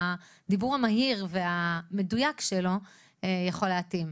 בדיבור המהיר והמדויק שלו יכול להתאים.